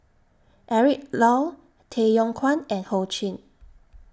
Eric Low Tay Yong Kwang and Ho Ching